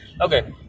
Okay